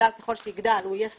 יגדל ככל שיגדל הוא יהיה סופי,